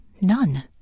none